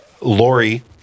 Lori